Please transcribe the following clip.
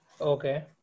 Okay